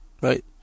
Right